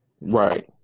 Right